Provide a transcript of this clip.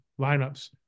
lineups